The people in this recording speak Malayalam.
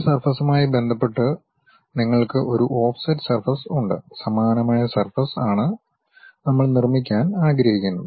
ഒരു സർഫസ്വുമായി ബന്ധപ്പെട്ട് നിങ്ങൾക്ക് ഒരു ഓഫ്സെറ്റ് സർഫസ് ഉണ്ട്സമാനമായ സർഫസ് ആണ് നമ്മൾ നിർമ്മിക്കാൻ ആഗ്രഹിക്കുന്നത്